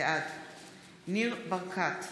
בעד ניר ברקת,